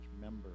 member